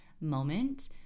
moment